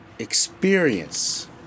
experience